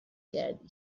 کردی